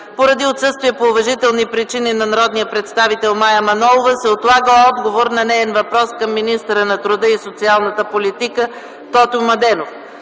поради отсъствие по уважителни причини на народния представител Мая Манолова се отлага отговор на неин въпрос към министъра на труда и социалната политика Тотю Младенов.